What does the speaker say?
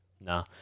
No